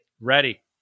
ready